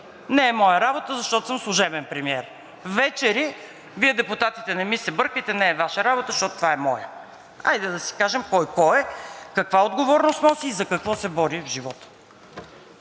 не е моя работа, защото съм служебен премиер; вечер: Вие депутатите не ми се бъркайте, не е Ваша работа, защото това е моя. Хайде да си кажем кой кой е, каква отговорност носи и за какво се бори в живота.